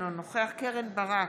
אינו נוכח קרן ברק,